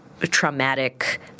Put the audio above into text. traumatic